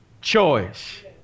choice